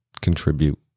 contribute